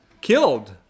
killed